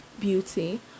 Beauty